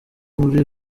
muri